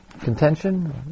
contention